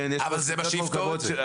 אבל זה מה שיפתור את זה.